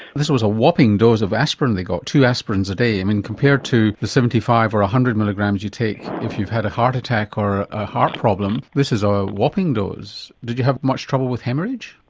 this was a whopping dose of aspirin they got, two aspirins a day. i mean compared to the seventy five or one hundred milligrams you take if you've had a heart attack or a heart problem this is um a whopping dose. did you have much trouble with haemorrhage?